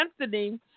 Anthony